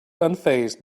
unfazed